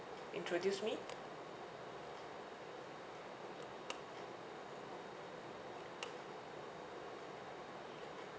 introduce me